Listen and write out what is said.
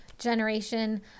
generation